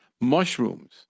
mushrooms